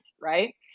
right